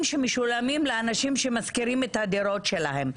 שמשולמים לאנשים שמשכירים את הדירות שלהם.